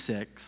Six